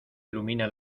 ilumina